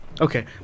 Okay